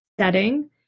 setting